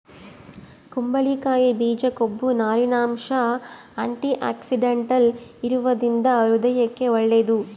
ಕುಂಬಳಕಾಯಿ ಬೀಜ ಕೊಬ್ಬು, ನಾರಿನಂಶ, ಆಂಟಿಆಕ್ಸಿಡೆಂಟಲ್ ಇರುವದರಿಂದ ಹೃದಯಕ್ಕೆ ಒಳ್ಳೇದು